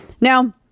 now